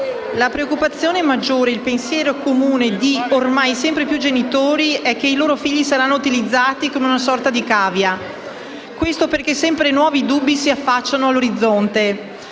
la preoccupazione maggiore e il pensiero comune di ormai sempre più genitori è che i loro figli saranno utilizzati come una sorta di cavia, e questo perché sempre nuovi dubbi si affacciano all'orizzonte.